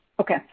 Okay